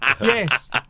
Yes